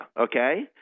okay